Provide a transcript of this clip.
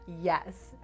Yes